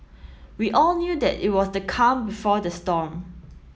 we all knew that it was the calm before the storm